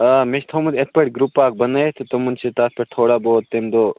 آ مےٚ چھُ تھوٚومُت یِتھٕ پٲٹھۍ گرٛوٗپ اَکھ بَنٲوِتھ تہٕ تِمن چھُ تَتھ پٮ۪ٹھ تھوڑا بہت تَمہِ دۄہ